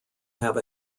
have